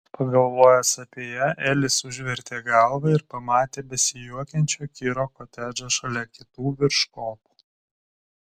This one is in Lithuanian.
pagalvojęs apie ją elis užvertė galvą ir pamatė besijuokiančio kiro kotedžą šalia kitų virš kopų